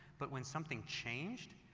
but when something changed,